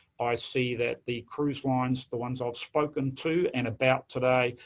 i see that the cruise lines, the ones i've spoken to and about today,